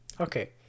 Okay